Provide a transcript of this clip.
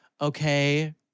Okay